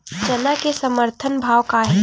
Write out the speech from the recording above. चना के समर्थन भाव का हे?